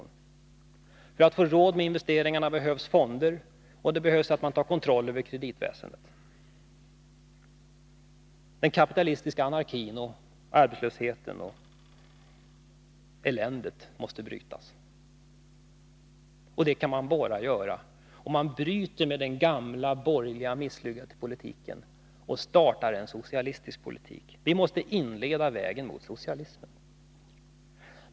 För att man skall få råd med detta behövs fonder, och det behövs att man tar kontroll över kreditväsendet. Den kapitalistiska anarkin, arbetslösheten och eländet måste brytas, och det kan man bara göra om man bryter med den gamla misslyckade politiken och startar en socialistisk politik. Vi måste inleda vägen mot socialismen. Herr talman!